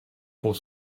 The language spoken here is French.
pour